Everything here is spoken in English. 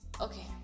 okay